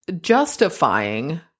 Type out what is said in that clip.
justifying